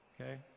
Okay